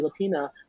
Filipina